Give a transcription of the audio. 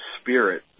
spirit